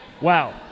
Wow